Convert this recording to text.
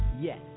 yes